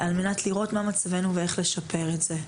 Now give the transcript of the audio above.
על מנת לראות מה מצבנו, ואיך לשפר את זה.